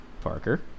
Parker